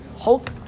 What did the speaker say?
Hulk